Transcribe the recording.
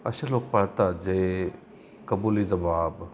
असे लोक पाळतात जे कबुलीजबाब